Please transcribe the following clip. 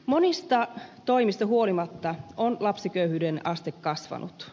monista toimista huolimatta on lapsiköyhyyden aste kasvanut